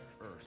earth